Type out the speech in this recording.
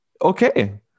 Okay